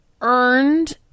earned